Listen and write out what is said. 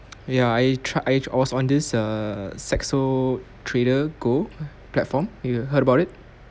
ya I try I was on this err Saxo TraderGO go platform you heard about it